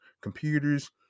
computers